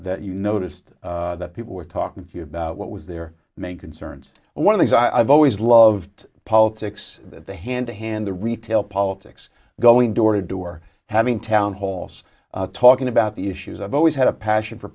that you noticed that people were talking to you about what was their main concerns one of these i've always loved politics the hand to hand the retail politics going door to door having town halls talking about the issues i've always had a passion for